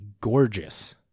gorgeous